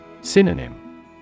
Synonym